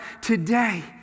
today